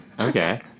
Okay